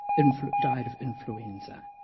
died of influenza,